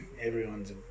everyone's